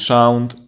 Sound